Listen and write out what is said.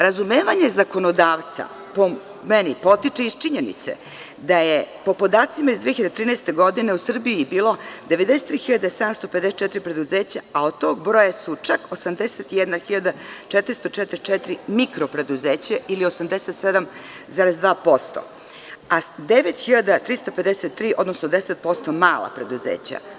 Razumevanje zakonodavca, po meni, potiče iz činjenice da je po podacima iz 2013. godine u Srbiji bilo 93.754 preduzeća, a od tog broja su čak 81.444 mikro preduzeća ili 87,2%, a 9.353, odnosno 10% mala preduzeća.